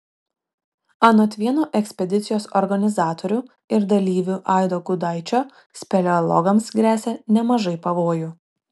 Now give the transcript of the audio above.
anot vieno ekspedicijos organizatorių ir dalyvių aido gudaičio speleologams gresia nemažai pavojų